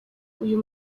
uyu